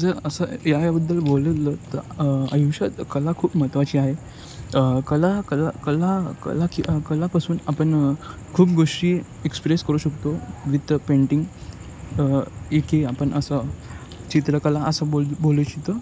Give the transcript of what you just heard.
जर असं या याबद्दल बोललं गेलं तर आयुष्यात कला खूप महत्त्वाची आहे कला कला कला कला की कलापासून आपण खूप गोष्टी एक्सप्रेस करू शकतो विथ पेंटिंग हे की आपण असं चित्रकला असं बोलू बोलू इच्छितो